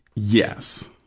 yes.